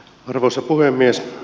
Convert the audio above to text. arvoisa puhemies